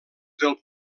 del